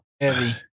Heavy